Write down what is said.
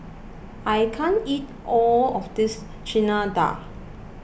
I can't eat all of this Chana Dal